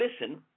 listen